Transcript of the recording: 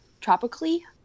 tropically